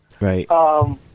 Right